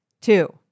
Two